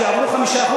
שיעברו 5%,